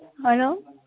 hello